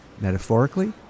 metaphorically